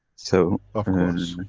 so. of course.